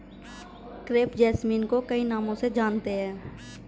crepe jasmine को कई नामों से जानते हैं